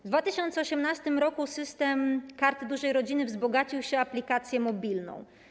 W 2018 r. system Kart Dużej Rodziny wzbogacił się o aplikację mobilną.